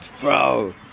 bro